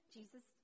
Jesus